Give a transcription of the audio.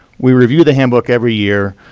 we review the handbook every year,